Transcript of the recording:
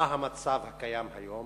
מה המצב הקיים היום,